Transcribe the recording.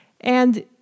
And-